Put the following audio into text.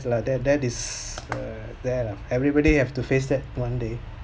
death death is err there lah everybody have to face that one day